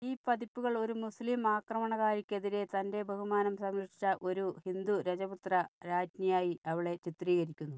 ഈ പതിപ്പുകൾ ഒരു മുസ്ലീം ആക്രമണകാരിക്കെതിരെ തന്റെ ബഹുമാനം സംരക്ഷിച്ച ഒരു ഹിന്ദു രജപുത്ര രാജ്ഞിയായി അവളെ ചിത്രീകരിക്കുന്നു